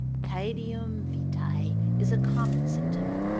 taedium vitae is a common symptom,